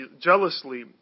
jealously